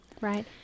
Right